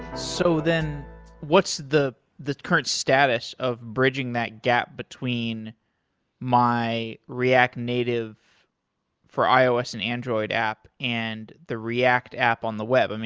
so, then what's the the current status of bridging that gap between my react native for ios and android app and the react app on the web? and